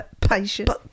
patience